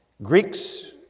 Greeks